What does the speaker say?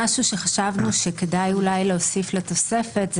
שחשבנו שכדאי להוסיף לתוספת: